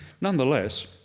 nonetheless